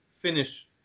finish